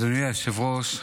אדוני היושב-ראש,